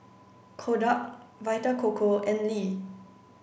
Kodak Vita Coco and Lee